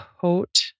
coat